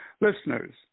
Listeners